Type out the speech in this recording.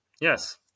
Yes